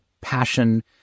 passion